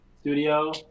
Studio